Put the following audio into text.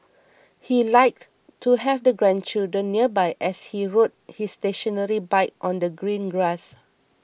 he liked to have the grandchildren nearby as he rode his stationary bike on the green grass